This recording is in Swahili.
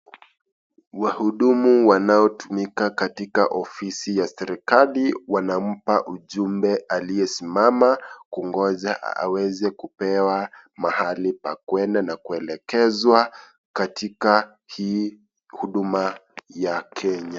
Wahudumu wanaotumika katika ofisi ya serikali wanampa ujumbe aliyesimama kungoja aweze kupewa mahali pa kuenda na kuelekezwa katika hii huduma ya Kenya.